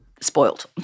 spoiled